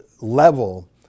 level